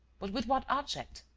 but with what object?